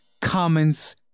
comments